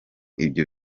ibyo